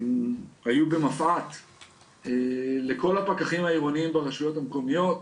שהיו לכל הפקחים העירוניים ברשויות המקומיות,